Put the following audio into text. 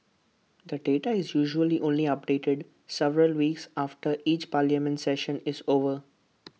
the data is usually only updated several weeks after each parliament session is over